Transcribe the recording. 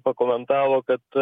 pakomentavo kad